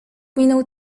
minął